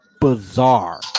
Bizarre